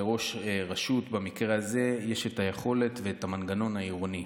מה שלראש רשות במקרה הזה יש את היכולת ואת המנגנון העירוני.